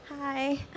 Hi